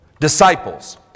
Disciples